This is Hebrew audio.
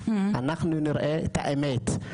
אנחנו נראה את האמת,